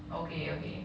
okay okay